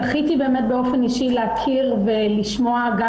זכיתי באמת להכיר ולשמוע באופן אישי גם